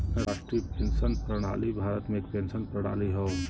राष्ट्रीय पेंशन प्रणाली भारत में एक पेंशन प्रणाली हौ